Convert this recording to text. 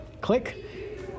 click